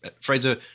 Fraser